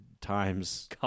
times